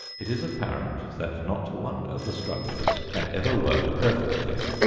it is apparent that not one of the structures can ever work perfectly,